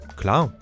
klar